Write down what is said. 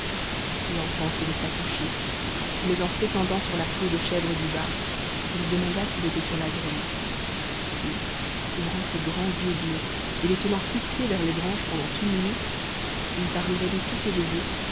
l'enfant se laissa coucher mais en s'étendant sur la peau de chèvre du bât il demanda s'il était sur la grise puis ouvrant ses grands yeux bleus et les tenant fixés vers les branches pendant une minute il parut rêver tout éveillé